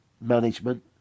management